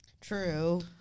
True